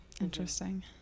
Interesting